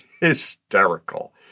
Hysterical